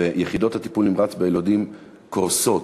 יחידות הטיפול הנמרץ ביילודים קורסות,